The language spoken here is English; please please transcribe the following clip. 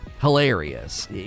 hilarious